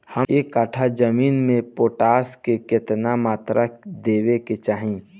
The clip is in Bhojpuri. एक कट्ठा जमीन में पोटास के केतना मात्रा देवे के चाही?